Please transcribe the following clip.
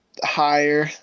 higher